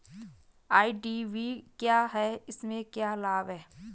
IDV क्या है इसमें क्या लाभ है?